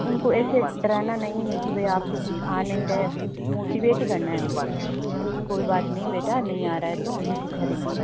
उनको ऐसे डराना नहीं है कि भई आपको कुछ आ नहीं रहा है ऐसे मोटिवेट ही करना है उनको कि कोई बात नहीं बेटा नहीं आ रहा है तो हम सिखा देंगे